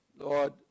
Lord